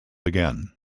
again